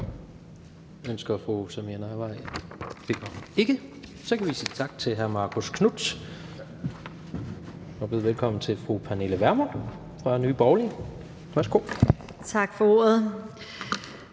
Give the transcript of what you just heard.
Tak for ordet.